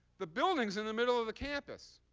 the building's in the middle of the campus.